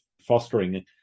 fostering